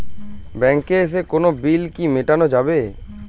ব্যাংকে এসে কোনো বিল কি মেটানো যাবে?